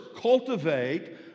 cultivate